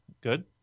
Good